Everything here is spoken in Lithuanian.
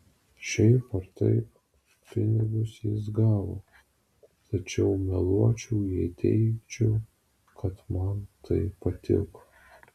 šiaip ar taip pinigus jis gavo tačiau meluočiau jei teigčiau kad man tai patiko